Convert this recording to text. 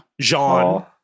jean